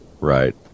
right